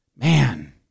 man